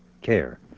care